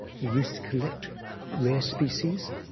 he used to collect rare species,